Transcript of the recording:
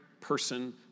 person